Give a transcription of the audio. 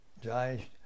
Jai